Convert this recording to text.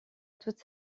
toute